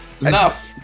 enough